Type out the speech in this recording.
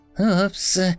Oops